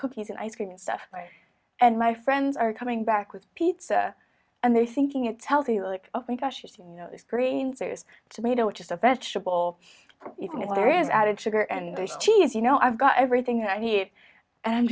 cookies and ice cream and stuff and my friends are coming back with pizza and they thinking it tells me like oh my gosh you know this green this tomato which is a vegetable even if there is added sugar and cheese you know i've got everything that i need and